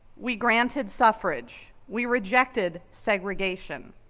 we granted suffrage, we rejected segregation,